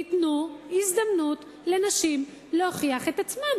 תיתנו הזדמנות לנשים להוכיח את עצמן.